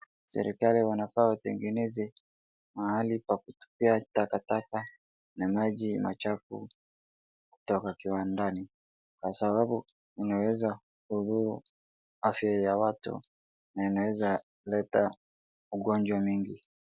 Serikali wanafaa watengeneze mahali pa kutupia takataka na maji machafu kutoka kiwandani kwa sababu inaweza kudhuru afya ya watu na inaweza leta ugonjwa mingi.